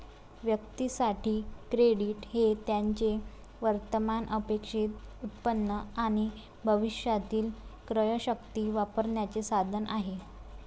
व्यक्तीं साठी, क्रेडिट हे त्यांचे वर्तमान अपेक्षित उत्पन्न आणि भविष्यातील क्रयशक्ती वापरण्याचे साधन आहे